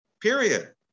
Period